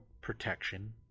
protection